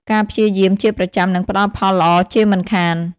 ការព្យាយាមជាប្រចាំនឹងផ្តល់ផលល្អជាមិនខាន។